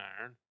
iron